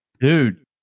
dude